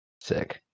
sick